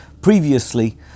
previously